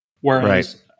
whereas